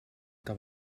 que